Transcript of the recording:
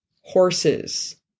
horses